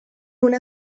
una